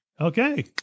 Okay